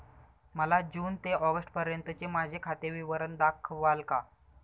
मला जून ते ऑगस्टपर्यंतचे माझे खाते विवरण दाखवाल का?